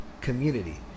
community